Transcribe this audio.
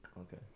Okay